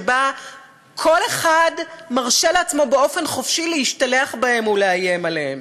שבה כל אחד מרשה לעצמו באופן חופשי להשתלח בהם ולאיים עליהם.